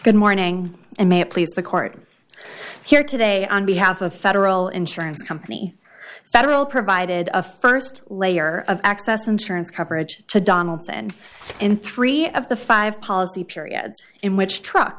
good morning and may it please the court here today on behalf of federal insurance company federal provided a first layer of access insurance coverage to donaldson in three of the five policy periods in which truck